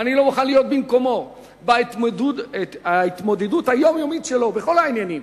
ואני לא מוכן להיות במקומו בהתמודדות היומיומית שלו בכל העניינים.